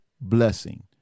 blessing